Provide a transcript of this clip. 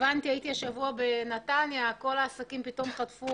הייתי השבוע בנתניה וכל העסקים פתאום חטפו